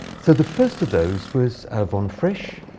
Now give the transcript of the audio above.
so the first of those was von frisch.